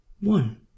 One